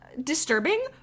disturbing